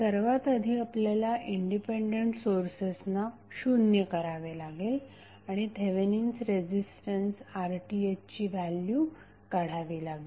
सर्वात आधी आपल्याला इंडिपेंडेंट सोर्सेसना शून्य करावे लागेल आणि थेवेनिन्स रेझिस्टन्स RThची व्हॅल्यु काढावी लागेल